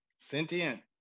Sentient